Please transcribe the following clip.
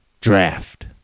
draft